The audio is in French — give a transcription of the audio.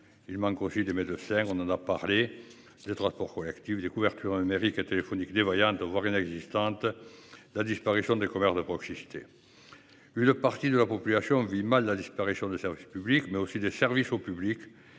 Il manque aussi de médecins, on en a parlé des transports collectifs des couvertures américain téléphonique des voyantes, voire inexistantes. La disparition des commerces de proximité. Une partie de la population vit mal la disparition de service public mais aussi des services au public.